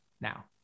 now